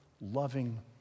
loving